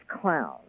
clowns